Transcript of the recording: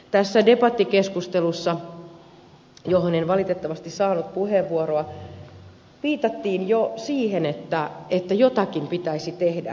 tässä debattikeskustelussa johon en valitettavasti saanut puheenvuoroa viitattiin jo siihen että jotakin pitäisi tehdä